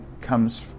comes